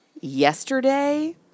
yesterday